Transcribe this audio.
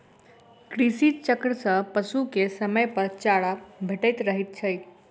कृषि चक्र सॅ पशु के समयपर चारा भेटैत रहैत छै